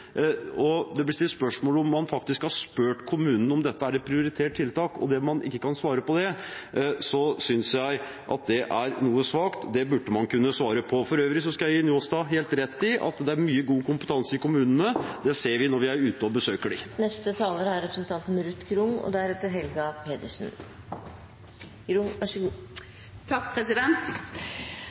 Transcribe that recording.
og det blir stilt spørsmål om hvorvidt man faktisk har spurt kommunene om dette er et prioritert tiltak, og man ikke kan svare på det, synes jeg at det er noe svakt. Det burde man kunne svare på. For øvrig skal jeg gi Njåstad helt rett i at det er mye god kompetanse i kommunene. Det ser vi når vi er ute og besøker dem. Som representant i helse- og